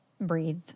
breathe